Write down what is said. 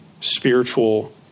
spiritual